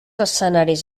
escenaris